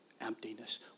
emptiness